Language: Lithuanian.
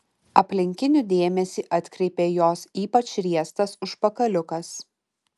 aplinkinių dėmesį atkreipė jos ypač riestas užpakaliukas